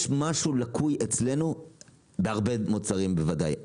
יש משהו לקוי אצלנו בהרבה מוצרים בוודאי,